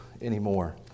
anymore